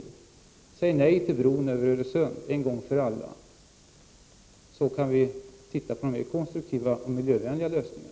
Vi säger nej till bron över Öresund en gång för alla, så att vi kan börja undersöka mera konstruktiva och miljövänliga lösningar.